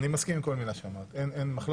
אני מסכים עם כל מילה שאמרת, אין מחלוקת.